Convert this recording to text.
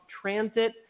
Transit